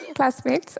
Classmates